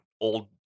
old